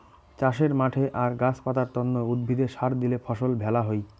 চাষের মাঠে আর গাছ পাতার তন্ন উদ্ভিদে সার দিলে ফসল ভ্যালা হই